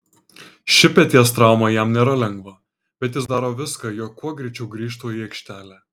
ši peties trauma jam nėra lengva bet jis daro viską jog kuo greičiau grįžtų į aikštelę